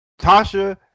Tasha